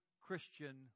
Christian